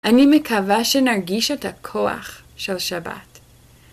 אני מקווה שנרגיש את הכוח של שבת.